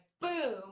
boom